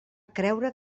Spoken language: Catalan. creure